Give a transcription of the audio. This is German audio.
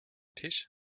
tisch